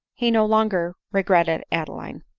he no longer regretted adeline.